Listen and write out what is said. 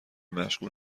مشغول